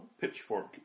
Pitchfork